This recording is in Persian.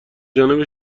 جانب